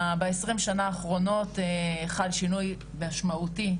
ב-20 שנה האחרונות חל שינוי משמעותי.